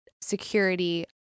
security